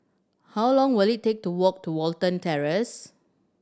how long will it take to walk to Watten Terrace